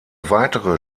weitere